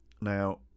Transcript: Now